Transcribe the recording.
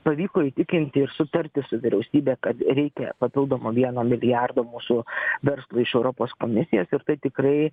pavyko įtikinti ir sutarti su vyriausybe kad reikia papildomo vieno milijardo mūsų verslui iš europos komisijos ir tai tikrai